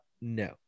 no